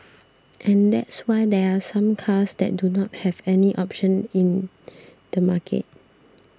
and that's why there are some cars that do not have any options in the market